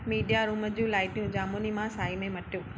media room जूं लाइटूं जामूनी मां साए में मटियो